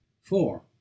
Four